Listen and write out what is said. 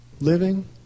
Living